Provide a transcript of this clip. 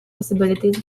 possibilities